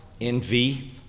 envy